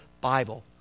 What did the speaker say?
Bible